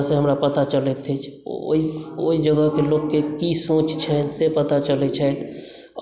घुमलासँ हमरा पता चलैत अछि ओहि जगहक लोकक की सोच छै से पता चलैत अछि